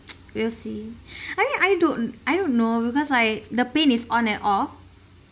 we'll see I think I don't I don't know because I the pain is on and off